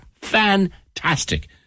fantastic